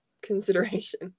consideration